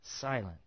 silent